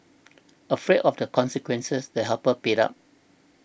afraid of the consequences the helper paid up